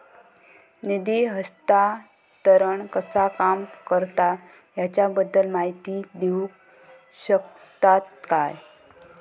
निधी हस्तांतरण कसा काम करता ह्याच्या बद्दल माहिती दिउक शकतात काय?